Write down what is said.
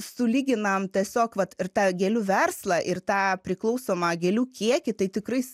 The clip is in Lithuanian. sulyginam tiesiog vat ir tą gėlių verslą ir tą priklausomą gėlių kiekį tai tikrais